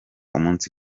umunsi